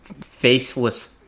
faceless